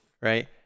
right